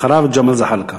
אחריו, ג'מאל זחאלקה.